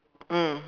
mm